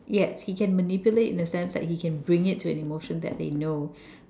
yes he can manipulate in the sense that he can bring it to an emotion that they know